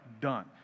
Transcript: done